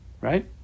Right